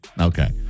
Okay